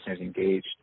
engaged